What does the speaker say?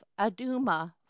Aduma